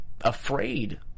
afraid